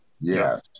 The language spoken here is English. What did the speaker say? yes